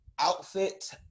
Outfit